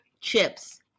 chips